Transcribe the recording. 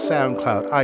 SoundCloud